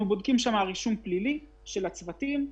אנחנו בודקים שם רישום פלילי של הצוותים,